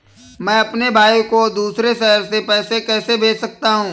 मैं अपने भाई को दूसरे शहर से पैसे कैसे भेज सकता हूँ?